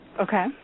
Okay